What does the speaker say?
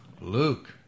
Luke